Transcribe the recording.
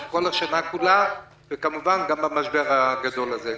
השנה כולה וכמובן גם במשבר הגדול הזה.